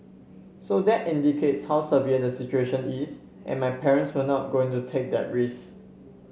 so that indicates how severe the situation is and my parents were not going to take that risk